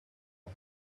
and